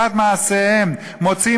שליטים שלא הבינו את חומרת מעשיהם מוצאים